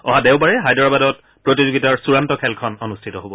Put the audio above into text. অহা দেওবাৰে হায়দৰাবাদত প্ৰতিযোগিতাৰ চূড়ান্ত খেলখন অনুষ্ঠিত হ'ব